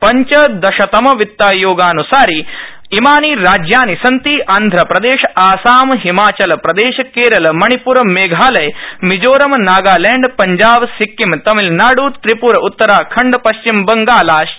पंचदशतमवित्तायोगानुसारि इमानि राज्यानि सन्ति आन्ध्र प्रदेश आसाम हिमाचलप्रदेश केरल मणिप्र मेघालय मिजोरम नागालैण्ड पंजाब सिक्किम तमिलनाड् त्रिप्र उत्तराखण्ड पश्चिमबंगाला च